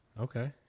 Okay